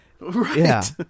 right